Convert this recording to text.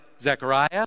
Zechariah